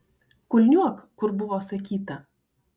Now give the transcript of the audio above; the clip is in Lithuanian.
kulniuok kur buvo sakyta